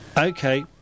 Okay